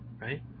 right